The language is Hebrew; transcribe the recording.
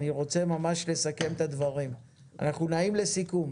אני רוצה לסכם את הדברים, אנחנו נעים לקראת סיכום.